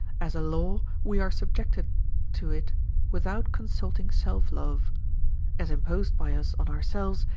as a law, we are subjected too it without consulting self-love as imposed by us on ourselves,